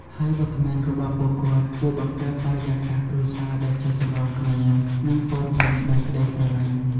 ហើយវត្តមានរបស់ពួកគាត់ជួយបង្កើតបរិយាកាសគ្រួសារដែលចុះសម្រុងគ្នា និងពោរពេញដោយក្តីស្រឡាញ់។